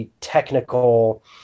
technical